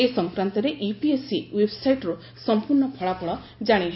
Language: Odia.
ଏ ସଂକ୍ରାନ୍ତରେ ୟୁପିଏସ୍ସି ଓ୍ୱେବ୍ସାଇଟ୍ରୁ ସମ୍ପୂର୍ଣ୍ଣ ଫଳାଫଳ ଜାଶି ହେବ